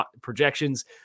projections